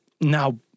now